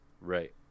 Right